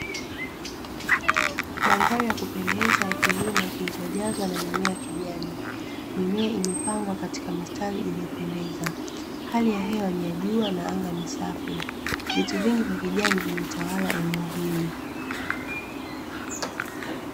Mandhari ya kupendeza ya kilimo kichojaa mimea ya kijani. Mimea imepandwa katika mistari iliyopendeza, hali ya hewa ni ya jua na ni safi. Vitu vingi vya kijani vimetawala eneo hili.